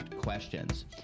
questions